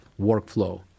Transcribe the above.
workflow